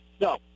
No